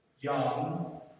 Young